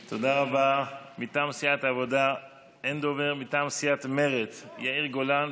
את הממשלה הזאת מנהלים המשפטנים,